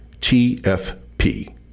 TFP